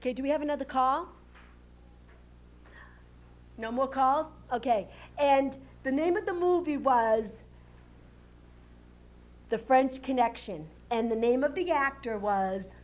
because we have another call no more calls ok and the name of the movie was the french connection and the name of the actor was